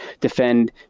defend